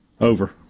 Over